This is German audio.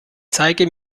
zeige